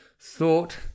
thought